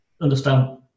understand